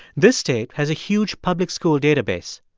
this state has a huge public school database.